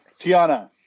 Tiana